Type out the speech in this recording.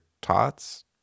tots